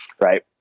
right